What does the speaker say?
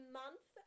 month